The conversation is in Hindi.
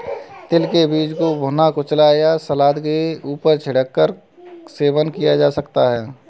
तिल के बीज को भुना, कुचला या सलाद के ऊपर छिड़क कर सेवन किया जा सकता है